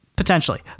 Potentially